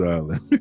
Island